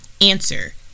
Answer